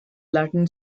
latin